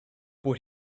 but